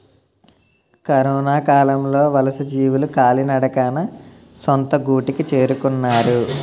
కరొనకాలంలో వలసజీవులు కాలినడకన సొంత గూటికి చేరుకున్నారు